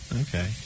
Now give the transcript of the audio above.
Okay